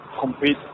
compete